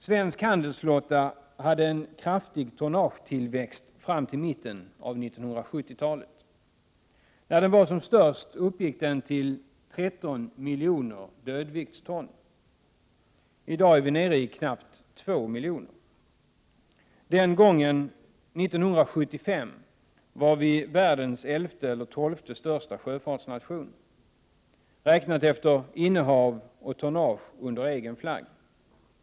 Svensk handelsflotta hade en kraftig tonnagetillväxt fram till mitten av 1970-talet. När tonnaget var som störst uppgick det till 13 miljoner dödviktston. I dag är vi nere i knappt i 2 miljoner. Den gången, 1975, var vi världens 11:e eller 12:e största sjöfartsnation, räknat efter innehav av tonnage under egen flagg.